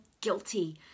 guilty